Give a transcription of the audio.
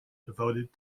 devoted